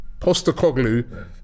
Postacoglu